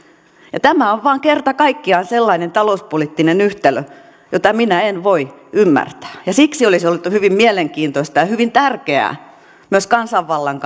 yksin tämä on vain kerta kaikkiaan sellainen talouspoliittinen yhtälö jota minä en voi ymmärtää siksi olisi ollut hyvin mielenkiintoista ja ja hyvin tärkeää myös kansanvallan